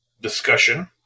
discussion